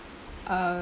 uh